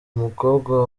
umukobwa